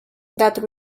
that